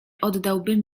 oddałbym